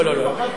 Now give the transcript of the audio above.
לא לא לא.